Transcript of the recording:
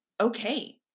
okay